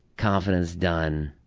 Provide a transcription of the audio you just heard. confidence done.